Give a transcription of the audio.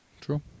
True